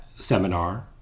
seminar